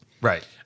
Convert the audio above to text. Right